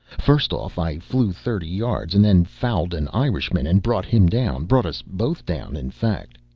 first off, i flew thirty yards, and then fouled an irishman and brought him down brought us both down, in fact.